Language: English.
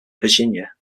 virginia